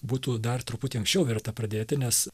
būtų dar truputį anksčiau verta pradėti nes